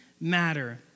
matter